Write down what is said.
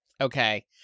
Okay